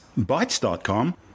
Bytes.com